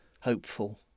hopeful